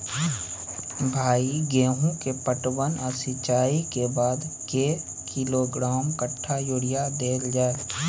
भाई गेहूं के पटवन आ सिंचाई के बाद कैए किलोग्राम कट्ठा यूरिया देल जाय?